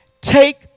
Take